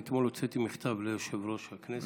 הוצאתי אתמול מכתב ליושב-ראש הכנסת,